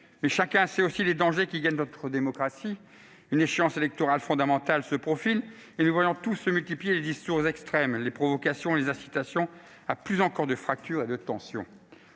Mais chacun sait aussi les dangers qui guettent notre démocratie. Une échéance électorale fondamentale se profile et nous voyons tous se multiplier les discours extrêmes, les provocations et les incitations à accroître les fractures et les tensions.